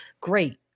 great